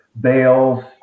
bales